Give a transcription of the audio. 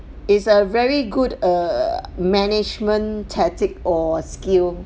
is a very good err management tactic or skill